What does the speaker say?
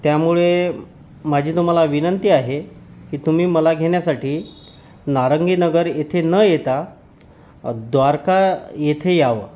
त्यामुळे माझी तुम्हाला विनंती आहे की तुम्ही मला घेण्यासाठी नारंगीनगर येथे न येता द्वारका येथे यावं